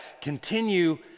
continue